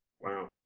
Wow